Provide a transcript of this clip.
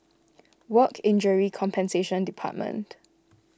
Work Injury Compensation Department